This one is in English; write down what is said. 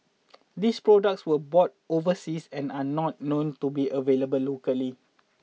these products were bought overseas and are not known to be available locally